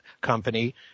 Company